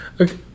Okay